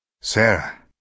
Sarah